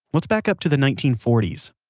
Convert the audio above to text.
let's back up to the nineteen forty s.